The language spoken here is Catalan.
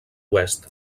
oest